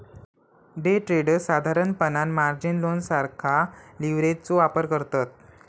day traders साधारणपणान margin loan सारखा लीव्हरेजचो वापर करतत